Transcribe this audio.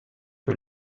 que